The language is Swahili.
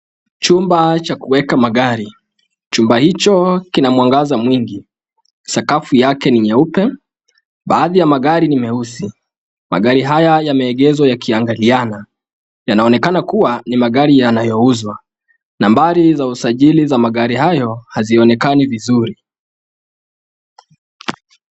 Chumba cha kuweka magari. Chumba hicho kina mwangaza mwingi. Sakafu yake ni nyeupe. Baadhi ya magari ni meusi. Magari haya yameegezwa yakiangaliana. Yanaonekana kuwa ni magari yanayouzwa. Nambari za usajili za magari hayo hazionekani vizuri.